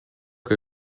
che